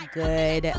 good